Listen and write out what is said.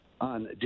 on